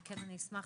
אני אשמח